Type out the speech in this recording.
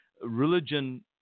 religion